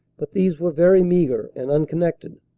but these were very meagre and unconnected.